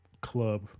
club